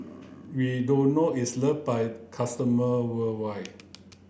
Redoxon is loved by customer worldwide